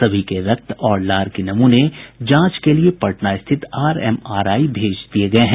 सभी के रक्त और लार के नमूने जांच के लिए पटना स्थित आरएमआरआई भेज दिये गये हैं